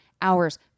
hours